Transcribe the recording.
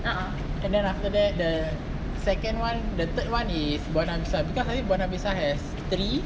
and then after that the second one the third one is buona vista because currently buona vista has three